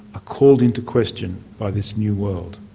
ah called into question by this new world.